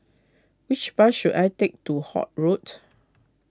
which bus should I take to Holt Road